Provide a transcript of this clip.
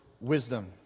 wisdom